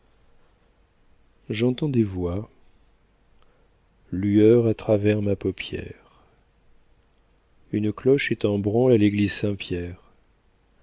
j'entends des voix lueurs à travers ma paupière une cloche est en branle à l'église